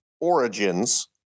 Origins